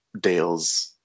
Dale's